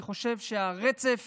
אני חושב שרצף